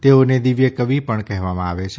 તેઓને દિવ્ય કવિ પણ કહેવામાં આવે છે